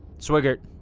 swigert